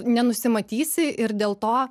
nenusimatysi ir dėl to